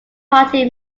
party